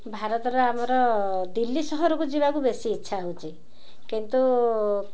ଭାରତର ଆମର ଦିଲ୍ଲୀ ସହରକୁ ଯିବାକୁ ବେଶୀ ଇଚ୍ଛା ହଉଚି କିନ୍ତୁ